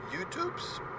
YouTube's